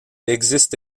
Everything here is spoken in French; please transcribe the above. existe